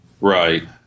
Right